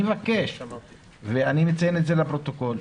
אני מציין לפרוטוקול,